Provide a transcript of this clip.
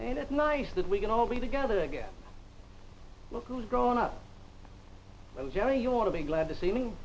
and it's nice that we can all be together again look who's grown up jerry you want to be glad to see me